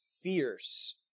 fierce